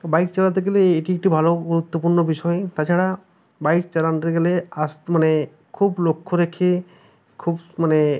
bike চালাতে গেলে এটি একটি ভালো গুরুত্বপূর্ণ বিষয় তাছাড়া বাইক চালাতে গেলে আস্তে মানে খুব লক্ষ্য রেখে খুব মানে